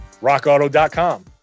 rockauto.com